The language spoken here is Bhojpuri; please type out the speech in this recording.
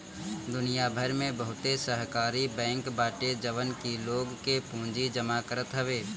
दुनिया भर में बहुते सहकारी बैंक बाटे जवन की लोग के पूंजी जमा करत हवे